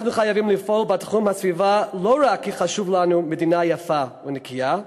אנחנו חייבים לפעול בתחום הסביבה לא רק כי חשובה לנו מדינה יפה ונקייה,